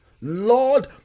Lord